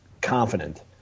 Confident